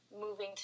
moving